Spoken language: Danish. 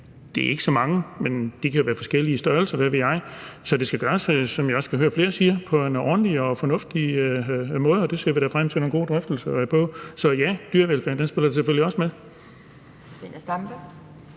Det er ikke så mange, men de kan være af forskellige størrelser, hvad ved jeg. Så det skal gøres, som jeg også kan høre flere sige, på en ordentlig og fornuftig måde, og det ser vi da frem til nogle gode drøftelser af. Så ja, dyrevelfærden spiller selvfølgelig også ind.